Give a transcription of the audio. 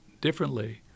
differently